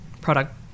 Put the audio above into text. product